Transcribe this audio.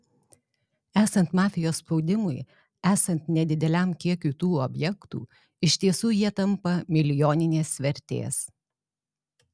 esant mafijos spaudimui esant nedideliam kiekiui tų objektų iš tiesų jie tampa milijoninės vertės